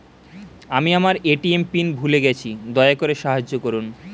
আমি আমার ATM PIN ভুলে গেছি, দয়া করে সাহায্য করুন